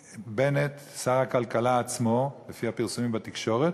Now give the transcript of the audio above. מבנט, שר הכלכלה עצמו, לפי הפרסומים בתקשורת,